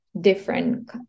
different